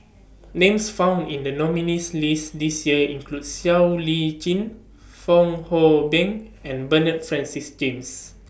Names found in The nominees' list This Year include Siow Lee Chin Fong Hoe Beng and Bernard Francis James